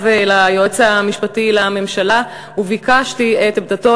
ליועץ המשפטי לממשלה וביקשתי את עמדתו,